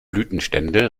blütenstände